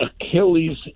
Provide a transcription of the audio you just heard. Achilles